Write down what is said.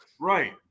Right